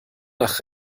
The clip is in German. nach